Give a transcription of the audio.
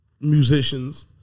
musicians